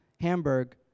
Hamburg